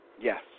Yes